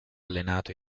allenato